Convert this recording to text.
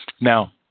Now